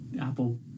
Apple